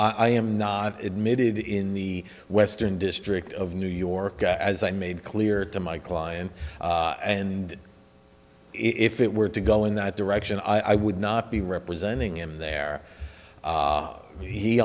i am not admitted in the western district of new york as i made clear to my client and if it were to go in that direction i would not be representing him there